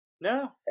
No